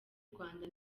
rwanda